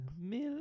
Milk